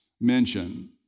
mention